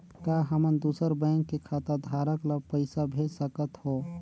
का हमन दूसर बैंक के खाताधरक ल पइसा भेज सकथ हों?